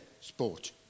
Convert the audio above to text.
sport